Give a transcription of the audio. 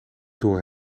door